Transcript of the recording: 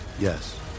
Yes